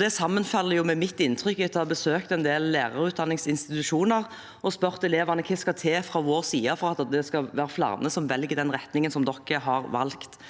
det sammenfaller med mitt inntrykk etter å ha besøkt en del lærerutdanningsinstitusjoner og spurt elevene hva som skal til fra vår side for at flere velger den retningen som de har valgt.